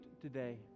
today